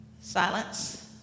Silence